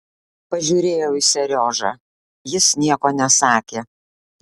pažiūrėjau į seriožą jis nieko nesakė